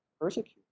persecuted